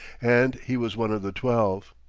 and he was one of the twelve.